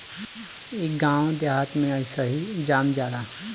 इ गांव देहात में अइसही जाम जाला